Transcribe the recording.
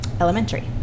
elementary